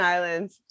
Islands